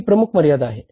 ही प्रमुख मर्यादा आहे